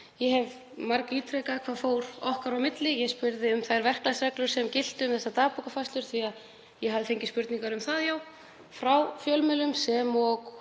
Ég hef margítrekað hvað fór okkar á milli. Ég spurði um þær verklagsreglur sem giltu um þessar dagbókarfærslur því að ég hafði fengið spurningar um það frá fjölmiðlum sem og